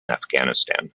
afghanistan